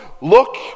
Look